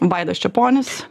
vaidas čeponis